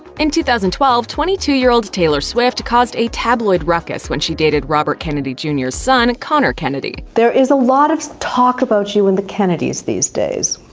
and two thousand and twelve, twenty two year old taylor swift caused a tabloid ruckus when she dated robert kennedy jr's son, conor kennedy. there is a lot of talk about you and the kennedy's these days.